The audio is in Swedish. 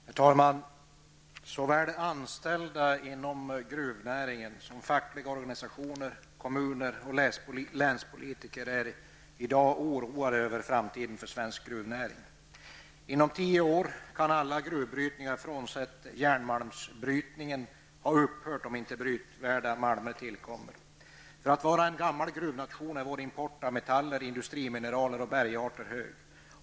Herr talman! Såväl anställda inom gruvnäringen som fackliga organisationer, kommuner och länspolitiker är i dag oroade över framtiden för svensk gruvnäring. Inom tio år kan all gruvbrytning, frånsett järnmalmsbrytning, ha upphört om inte brytvärda malmer tillkommer. För att vara en gammal gruvnation är vår import av metaller, industrimineraler och bergarter hög.